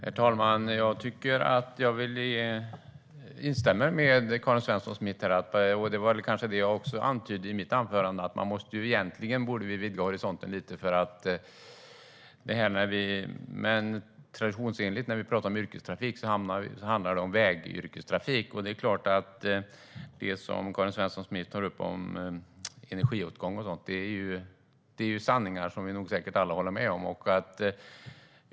Herr talman! Jag instämmer med Karin Svensson Smith i, som jag också antydde i mitt anförande, att vi egentligen borde vidga horisonten lite. Traditionsenligt när vi pratar om yrkestrafik handlar det om vägyrkestrafik. Det som Karin Svensson Smith tar upp om energiåtgång är sanningar som vi nog alla håller med om.